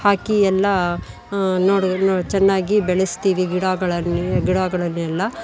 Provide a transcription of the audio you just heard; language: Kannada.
ಹಾಕಿ ಎಲ್ಲ ನೋಡು ನೋ ಚೆನ್ನಾಗಿ ಬೆಳೆಸ್ತೀವಿ ಗಿಡಗಳ ಗಿಡಗಳನ್ನೆಲ್ಲ